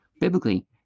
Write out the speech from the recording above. Biblically